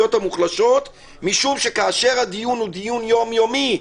המוחלשות, משום שכאשר הדיון הוא יום-יומי,